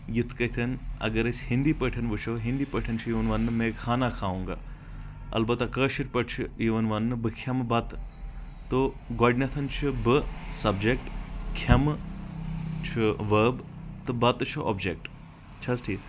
یتھ کٲٹھۍ اگر أسۍ ہِنٛدی پٲٹھۍ وٕچھو ہِندی پٲٹھۍ چھُ یِوان وننہٕ میں کھانا کھاوں گا البتہ کٲشِر پٲٹھۍ چھ یِوان وننہٕ بہٕ کھٮ۪مہٕ بتہٕ تو گۄڈٕنٮ۪تھ چھ بہٕ سبجیٚکٹ کھٮ۪مہٕ چھُ وٲرب تہٕ بتہٕ چھُ اوٚبجیٚکٹ چھا حظ ٹھیٖک